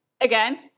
again